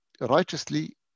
righteously